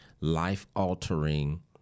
life-altering